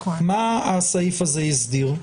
מה הסעיף הזה הסדיר?